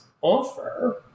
offer